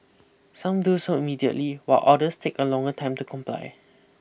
some do so immediately while others take a longer time to comply